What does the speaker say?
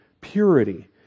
purity